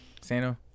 Sano